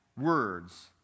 words